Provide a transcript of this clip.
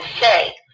say